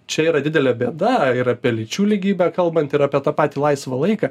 čia yra didelė bėda ir apie lyčių lygybę kalbant ir apie tą patį laisvą laiką